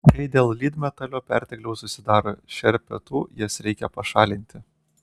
kai dėl lydmetalio pertekliaus susidaro šerpetų jas reikia pašalinti